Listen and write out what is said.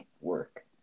work